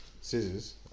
scissors